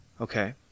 Okay